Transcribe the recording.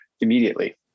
immediately